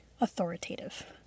authoritative